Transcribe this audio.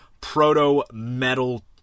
Proto-Metal